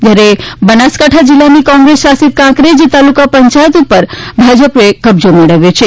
જ્યારે બનાસકાંઠા જિલ્લાની કોંગ્રેસ શાસિત કાંકરેજ તાલુકા પંચાયત ઉપર ભાજપ કબજો મેળવ્યો છે